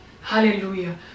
Hallelujah